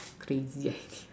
crazy idea